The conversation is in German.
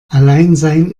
alleinsein